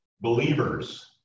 believers